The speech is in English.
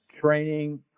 training